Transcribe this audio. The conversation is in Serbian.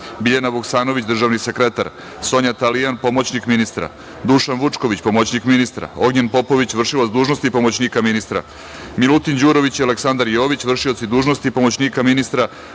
Biljana Vuksanović, državni sekretar; Sonja Talijan, pomoćnik ministra; Dušan Vučković, pomoćnik ministra, Ognjen Popović, vršilac dužnosti pomoćnika ministra; Milutin Đurović i Aleksandar Jović, vršioci dužnosti pomoćnika ministra;